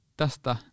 tästä